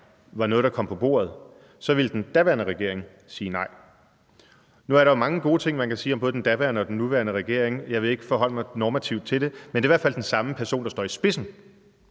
var noget, der kom på bordet, ville den daværende regering sige nej. Nu er der jo mange gode ting, man kan sige om både den daværende og den nuværende regering. Jeg vil ikke forholde mig normativt til det. Men det er i hvert fald den samme person, der står i spidsen.